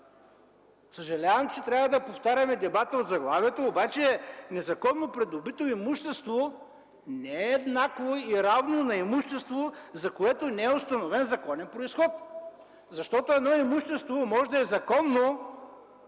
Съжалявам, че трябва да повтаряме дебата по заглавието, обаче незаконно придобито имущество не е еднакво и равно на имущество, за което не е установен законен произход. Едно имущество може да е законно